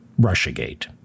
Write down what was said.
Russiagate